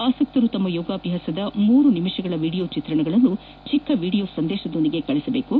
ಆಸಕ್ತರು ತಮ್ಮ ಯೋಗಾಭ್ವಾಸದ ಮೂರು ನಿಮಿಷಗಳ ವಿಡಿಯೋ ಚಿತ್ರಗಳನ್ನು ಚಿಕ್ಕ ವಿಡಿಯೋ ಸಂದೇಶದೊಂದಿಗೆ ಕಳುಹಿಸಬಹುದು